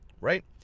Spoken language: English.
right